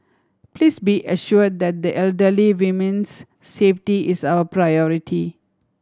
please be assured that the elderly women's safety is our priority